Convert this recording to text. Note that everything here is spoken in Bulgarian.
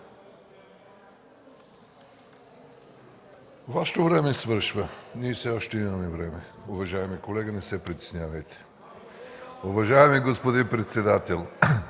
Вашето време свършва. Ние все още имаме време, уважаеми колеги, не се притеснявайте. Уважаеми господин председател,